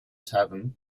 tavern